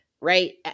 right